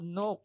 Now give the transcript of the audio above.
no